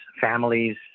families